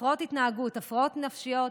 עם הפרעות התנהגות והפרעות נפשיות,